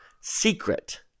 secret